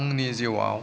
आंनि जिउआव